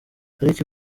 ariko